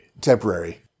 temporary